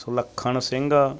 Sulakhan Singh